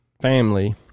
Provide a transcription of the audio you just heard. family